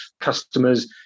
customers